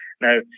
Now